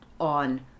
on